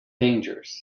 dangers